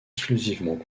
exclusivement